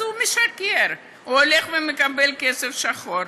אז הוא משקר הוא הולך ומקבל כסף שחור.